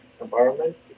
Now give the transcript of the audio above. environment